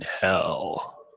hell